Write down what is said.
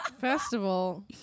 festival